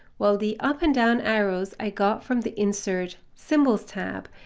well the up and down arrows i got from the insert symbols tab,